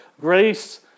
Grace